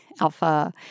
alpha